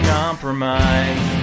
compromise